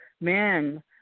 man